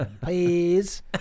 please